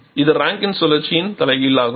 இது ரேங்கின் சுழற்சியின் தலைகீழாகும்